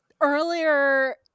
earlier